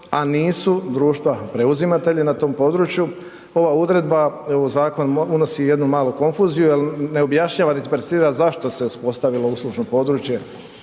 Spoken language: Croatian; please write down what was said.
a nisu društva preuzimatelja na tom području. Ova odredba u zakon unosi jednu malu konfuziju, al ne objašnjava, nit perticipira zašto se uspostavilo uslužno područje